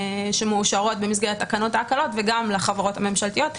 שמאושרות במסגרת תקנות ההקלות וגם לחברות הממשלתיות.